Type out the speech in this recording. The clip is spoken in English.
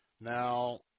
Now